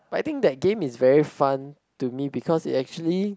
I think that game is very fun to me because is actually